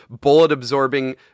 bullet-absorbing